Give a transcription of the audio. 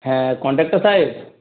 হ্যাঁ কন্ডাক্টার সাহেব